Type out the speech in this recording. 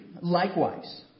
Likewise